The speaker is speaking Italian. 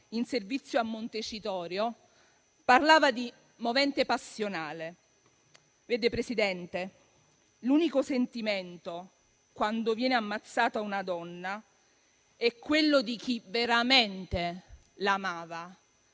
in servizio a Montecitorio, parlava di movente passionale. Signor Presidente, l'unico sentimento, quando viene ammazzata una donna, è quello di chi veramente l'amava